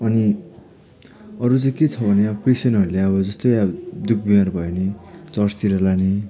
अनि अरू चाहिँ के छ भने अब क्रिश्चियनहरूले अब जस्तै दुख बिमार भए नि चर्चतिर लाने